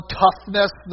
toughness